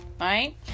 right